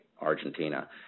Argentina